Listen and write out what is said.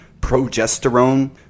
progesterone